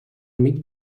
amic